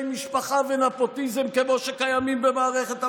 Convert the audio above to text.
משפחה ונפוטיזם כמו שקיימים במערכת המשפט,